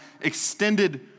extended